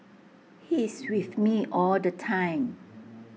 he's with me all the time